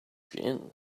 gin